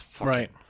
right